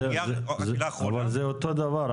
זה אותו הדבר,